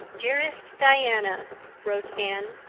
dearest diana wrote anne,